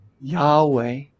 Yahweh